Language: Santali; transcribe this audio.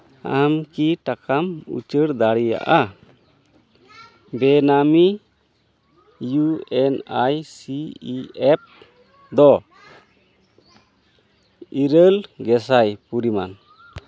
ᱟᱢ ᱠᱤ ᱴᱟᱠᱟᱢ ᱩᱪᱟᱹᱲ ᱫᱲᱟᱮᱭᱟᱜᱼᱟ ᱵᱮᱱᱟᱹᱢᱤ U N I C E F ᱫᱚ ᱤᱨᱟᱞᱹ ᱜᱮᱥᱟᱭ ᱯᱚᱨᱤᱢᱟᱱ